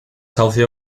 healthier